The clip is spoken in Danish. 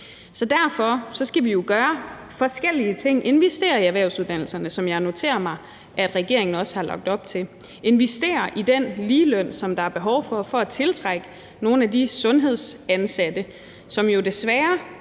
Derfor skal vi gøre forskellige ting. Vi skal investere i erhvervsuddannelserne, som jeg noterer mig at regeringen også har lagt op til. Vi skal investere i den ligeløn, som der er behov for for at tiltrække nogle af de sundhedsansatte, som jo desværre